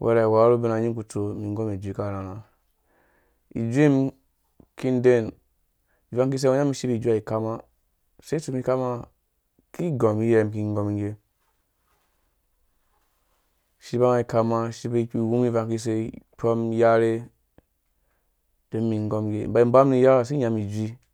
wɛrhɛ weya nu bin. nyi bin kutsu ni ngɔm ijui ka rharha ijuim ki den ivankise ngo nya mi shibi ijui ha ikama sensu mi kama nga? Ki gɔm iye ki gɔm ngge shiba nga ikama shibi iwum ivankise kpom iyarhe don mingom ngge mbai ba niya isim nyam ijui